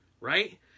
right